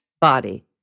body